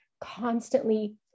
constantly